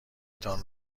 تان